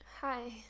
hi